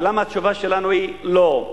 ולמה התשובה שלנו היא לא?